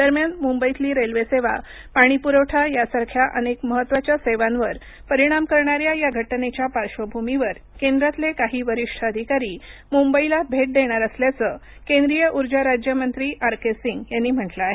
दरम्यान मुंबईतली रेल्वे सेवा पाणी पुरवठा यासारख्या अनेक महत्त्वाच्या सेवांवर परिणाम करणाऱ्या या घटनेच्या पार्धभूमिवर केंद्रातले काही वरिष्ठ अधिकारी मुंबईला भेट देणार असल्याचं केंद्रीय उर्जा राज्यमंत्री आर के सिंग यांनी म्हटलं आहे